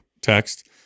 text